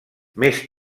més